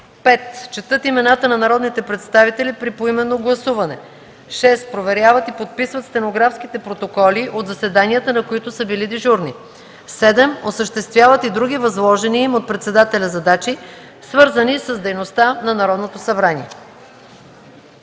5. четат имената на народните представители при поименно гласуване; 6. проверяват и подписват стенографските протоколи от заседанията, на които са били дежурни; 7. осъществяват и други възложени им от председателя задачи, свързани с дейността на Народното събрание.”